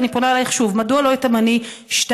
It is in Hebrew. ואני פונה אלייך שוב: מדוע לא תמני שתיים?